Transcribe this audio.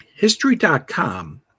History.com